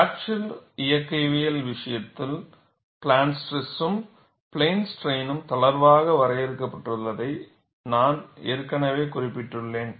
fracture இயக்கவியல் விஷயத்தில் plane ஸ்ட்ரெஸும் பிளேன் ஸ்ட்ரைன் தளர்வாக வரையறுக்கப்பட்டுள்ளதை நான் ஏற்கனவே குறிப்பிட்டுள்ளேன்